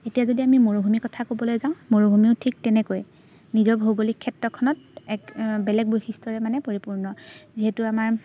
এতিয়া যদি আমি মৰুভূমিৰ কথা ক'বলৈ যাওঁ মৰুভূমিও ঠিক তেনেকৈয়ে নিজৰ ভৌগোলিক ক্ষেত্ৰখনত এক বেলেগ বৈশিষ্ট্যৰে মানে পৰিপূৰ্ণ যিহেতু আমাৰ